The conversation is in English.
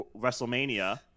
WrestleMania